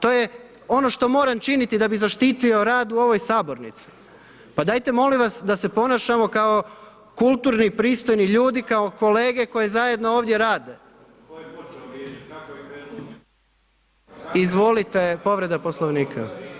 To je ono što moram činiti da bi zaštitio rad u ovoj sabornici, pa dajte molim vas da se ponašamo kao kulturni, pristojni ljudi, kao kolege koji zajedno ovdje rade. … [[Upadica sa strane, ne razumije se.]] Izvolite, povreda Poslovnika.